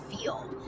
feel